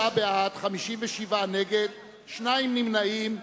29 בעד, 57 נגד, שני נמנעים.